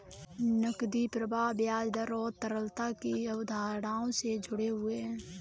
नकदी प्रवाह ब्याज दर और तरलता की अवधारणाओं से जुड़े हुए हैं